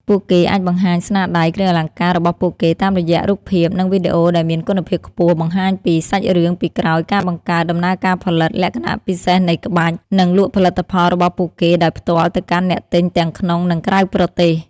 ពួកគេអាចបង្ហាញ ស្នាដៃ គ្រឿងអលង្ការរបស់ពួកគេតាមរយៈរូបភាព និងវីដេអូដែលមានគុណភាពខ្ពស់ បង្ហាញពី សាច់រឿងពីក្រោយការបង្កើត (ដំណើរការផលិត លក្ខណៈពិសេសនៃក្បាច់) និង លក់ផលិតផល របស់ពួកគេដោយផ្ទាល់ទៅកាន់អ្នកទិញទាំងក្នុង និងក្រៅប្រទេស។